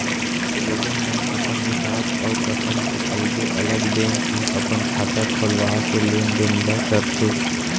लोगन मन अपन हिसाब अउ पंसद के अलगे अलग बेंक म अपन खाता खोलवा के लेन देन ल करथे